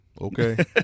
Okay